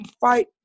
fight